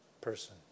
person